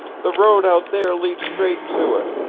the road out there leads straight to it.